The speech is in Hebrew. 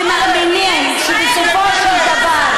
שמאמינים שבסופו של דבר,